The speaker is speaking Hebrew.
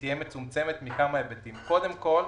תהיה מצומצמת מכמה היבטים: קודם כל,